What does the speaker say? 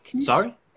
Sorry